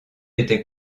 était